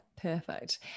perfect